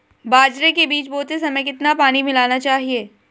बाजरे के बीज बोते समय कितना पानी मिलाना चाहिए?